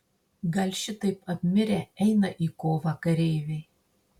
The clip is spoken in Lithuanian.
gal šitaip apmirę eina į kovą kareiviai